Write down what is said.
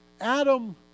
Adam